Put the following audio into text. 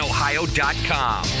Ohio.com